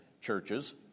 churches